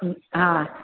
हा